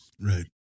right